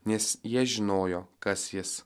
nes jie žinojo kas jis